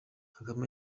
kagame